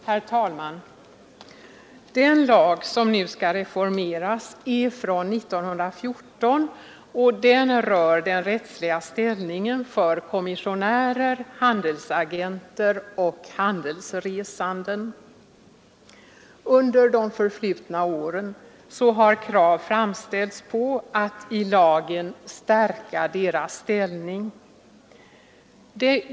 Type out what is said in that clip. Herr talman! Den lag som nu skall reformeras är från 1914 och rör den rättsliga ställningen för kommissionärer, handelsagenter och handelsresande. Under de förflutna åren har krav framställts på att i lagen stärka deras ställning.